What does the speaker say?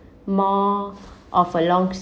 more of a long